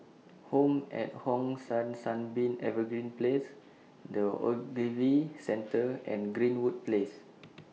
Home At Hong San Sunbeam Evergreen Place The Ogilvy Centre and Greenwood Place